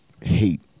hate